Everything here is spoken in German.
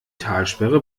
talsperre